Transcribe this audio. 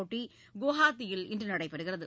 போட்டி குவஹாத்தியில் இன்று நடைபெறுகிறது